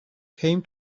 came